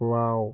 wow